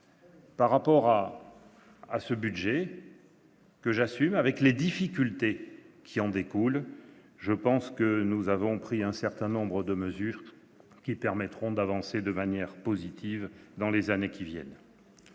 Au titre de ce budget, que j'assume avec les difficultés qui en découlent, nous avons pris un certain nombre de mesures qui permettront d'avancer de manière positive dans les années qui viennent.